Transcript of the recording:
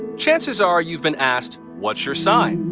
chances are you've been asked, what's your sign?